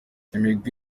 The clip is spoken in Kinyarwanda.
imigwi